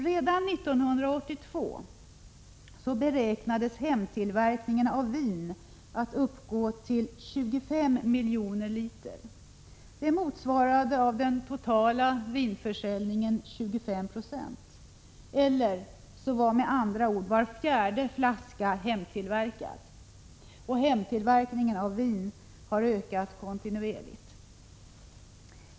Redan 1982 beräknades hemtillverkningen av vin uppgå till 25 miljoner liter. Det motsvarade 25 96 av den totala vinförsäljningen eller med andra ord: var fjärde vinflaska var hemtillverkad. Hemtillverkningen av vin har ökat kontinuerligt.